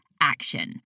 action